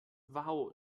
wow